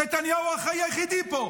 נתניהו האחראי היחידי פה.